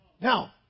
Now